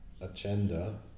agenda